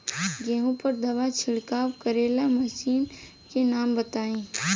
गेहूँ पर दवा छिड़काव करेवाला मशीनों के नाम बताई?